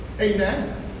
Amen